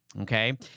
Okay